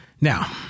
now